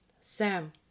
Sam